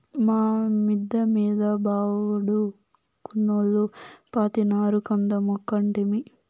మా మిద్ద మీద బాడుగకున్నోల్లు పాతినారు కంద మొక్కటమ్మీ